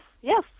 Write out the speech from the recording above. yes